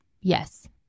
Yes